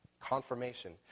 confirmation